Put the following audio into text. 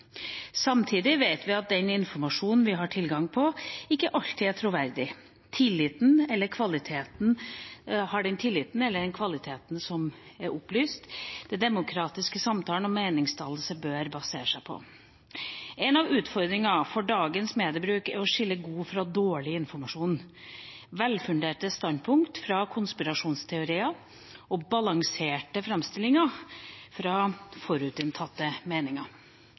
Samtidig vet vi at den informasjonen vi har tilgang på, ikke alltid er troverdig eller har den tilliten eller kvaliteten som den opplyste demokratiske samtalen og meningsdannelsen bør basere seg på. Én av utfordringene for dagens mediebruk er å skille god informasjon fra dårlig, velfunderte standpunkt fra konspirasjonsteorier og balanserte framstillinger fra forutinntatte meninger.